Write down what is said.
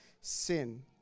sin